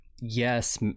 yes